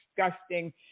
disgusting